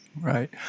Right